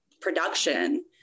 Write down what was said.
production